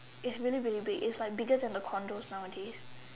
it's really really big it's like bigger then the condos nows a days